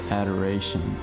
adoration